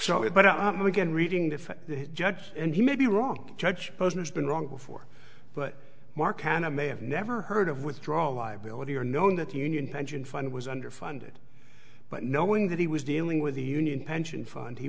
it but i'm again reading the fact judge and he may be wrong judge posner has been wrong before but mark can i may have never heard of withdrawal liability or known that union pension fund was underfunded but knowing that he was dealing with the union pension fund he